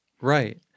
Right